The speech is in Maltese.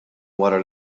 wara